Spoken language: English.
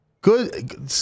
Good